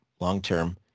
long-term